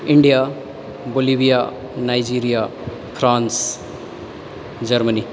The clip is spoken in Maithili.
India Bolivia Nigeria France Germany